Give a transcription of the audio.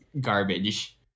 garbage